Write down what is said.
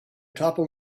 toppled